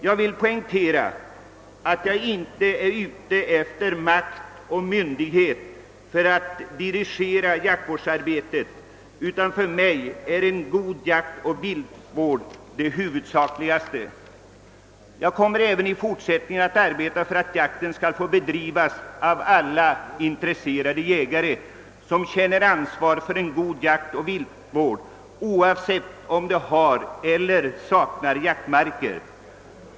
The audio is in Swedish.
Jag vill poängtera att jag inte är ute efter makt och myndighet för att dirigera jaktvårdsarbetet, utan för mig är en god jaktoch viltvård det viktigaste. även i fortsättningen kommer jag att arbeta för att jakten skall få bedrivas av alla intresserade jägare, som känner ansvar för en god jaktoch viltvård, oavsett om de har jaktmarker eller ej.